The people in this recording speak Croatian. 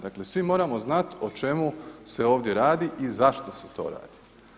Dakle svi moramo znati o čemu se ovdje radi i zašto se to ovdje radi.